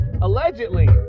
allegedly